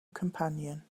companion